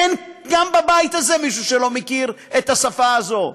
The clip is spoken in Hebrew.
אין גם בבית הזה מישהו שלא מכיר את השפה הזאת.